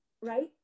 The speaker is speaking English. right